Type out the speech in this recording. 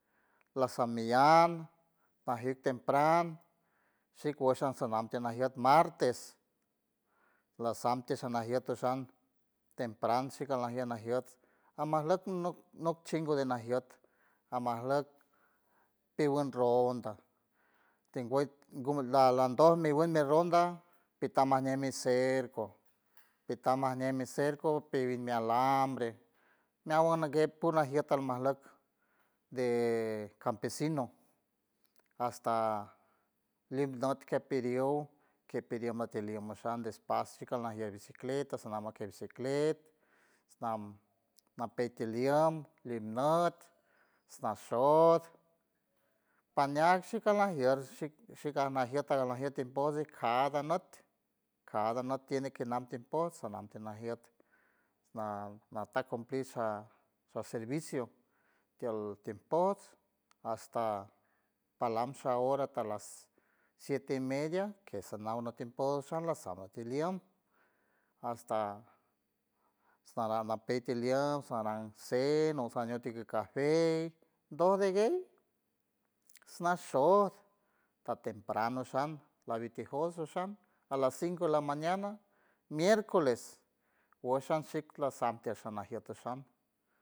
Lasam mi llam pajik tempran shik wesh an sanam tinajiet martes lasam tisha najiet tempran najiet amajleck nok- nok chingo de najiet amajleck piwen ronda tingüey la- landoj mi weñ mi ronda pitaj majñe mi cerco pita majñe mi cerco piwen mi alambre meawan ajguey pur najiet almajleck de campesino hasta lin not kej pidiow kej pidiow makiej mi liow kej despas mi kual najier bicicleta sanam kiej ciclet nam napey tiliem limnot nashot pajneat shik alnajier shik alnajiet ajnajiet tiempos y cada nüt cada nut tiene que nam timpos sanam tinajiet na- nata cumplir sha su servicio tiel timpots hasta palam sha hora talas siete y media kej sanaw na tiémpos saw lasam atiliem hasta nara napey tiliem saran sen o shañuti cafei doj de guey nashoj ta temprano sham lavitie josh osham a las cinco de la mañana miércoles wesh an shik lasam sanajiet tishom.